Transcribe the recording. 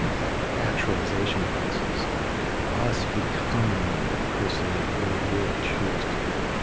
that actualization process of us becoming the person that we really choose to be,